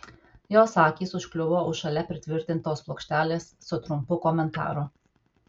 jos akys užkliuvo už šalia pritvirtintos plokštelės su trumpu komentaru